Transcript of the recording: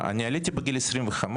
אני עליתי בגיל 25,